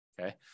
Okay